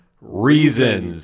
Reasons